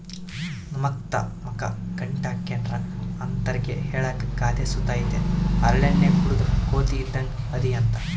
ನಮ್ತಾಕ ಮಕ ಗಂಟಾಕ್ಕೆಂಡಿದ್ರ ಅಂತರ್ಗೆ ಹೇಳಾಕ ಗಾದೆ ಸುತ ಐತೆ ಹರಳೆಣ್ಣೆ ಕುಡುದ್ ಕೋತಿ ಇದ್ದಂಗ್ ಅದಿಯಂತ